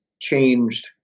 changed